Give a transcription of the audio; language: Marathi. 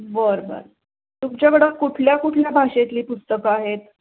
बरं बरं तुमच्याकडं कुठल्या कुठल्या भाषेतली पुस्तकं आहेत